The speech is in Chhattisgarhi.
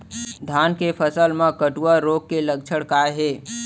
धान के फसल मा कटुआ रोग के लक्षण का हे?